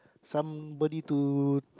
somebody to